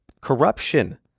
Corruption